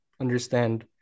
understand